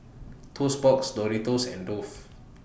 Toast Box Doritos and Dove